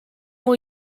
will